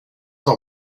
not